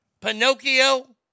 Pinocchio